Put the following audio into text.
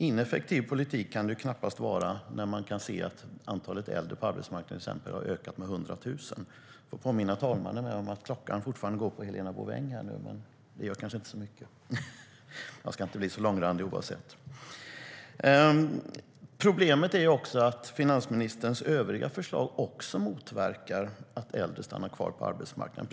Ineffektiv politik kan det knappast ha varit när vi ser att till exempel antalet äldre på arbetsmarknaden ökat med 100 000. Problemet är att också finansministerns övriga förslag motverkar att äldre stannar kvar på arbetsmarknaden.